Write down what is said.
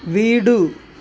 வீடு